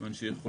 למשל,